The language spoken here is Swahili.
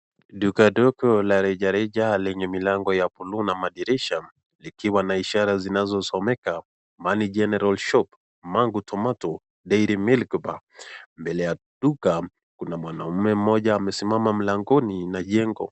Duka dogo la reja reja lenye milango ya buluu na madirisha likiwa na ishara zinazosomeka Money general shop, mango tomato dairy milk bar , mbele ya duka mwanaume mmoja amesimama mlangoni ya jengo.